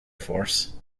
force